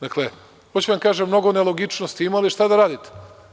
Dakle, hoću da vam kažem, mnogo nelogičnosti ima, ali šta da radite.